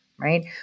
right